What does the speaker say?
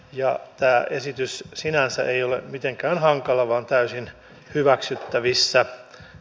ja tämä esitys sinänsä ei ole mitenkään hankala vaan täysin hyväksyttävissä